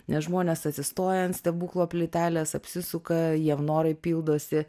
nes žmonės atsistoja ant stebuklo plytelės apsisuka jiem norai pildosi